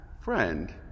Friend